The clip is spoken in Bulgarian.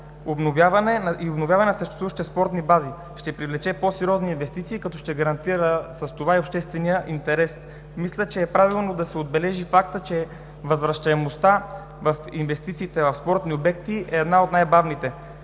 обновяване на съществуващите спортни бази. Ще привлече по-сериозни инвестиции, като ще гарантира с това и обществения интерес. Мисля, че е правилно да се отбележи и фактът, че възвращаемостта на инвестициите в спортни обекти е една от най-бавните.